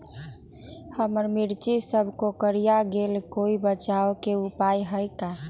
हमर मिर्ची सब कोकररिया गेल कोई बचाव के उपाय है का?